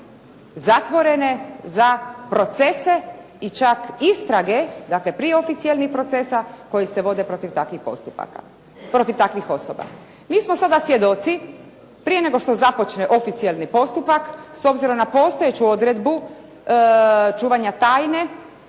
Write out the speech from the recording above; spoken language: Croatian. zatvorene za procese i čak istrage, dakle prije oficijelnih procesa koji se vode protiv takvih postupaka, protiv takvih osoba. Mi smo sada svjedoci prije nego što započne oficijelni postupak s obzirom na postojeću odredbu čuvanja tajne,